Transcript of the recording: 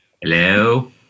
hello